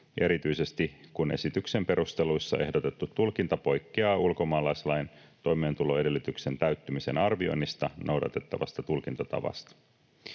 erityisesti, kun esityksen perusteluissa ehdotettu tulkinta poikkeaa ulkomaalaislain toimeentuloedellytyksen täyttymisen arvioinnissa noudatettavasta tulkintatavasta.